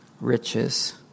riches